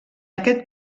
aquest